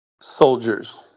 soldiers